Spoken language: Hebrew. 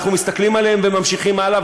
אנחנו מסתכלים עליהם וממשיכים הלאה,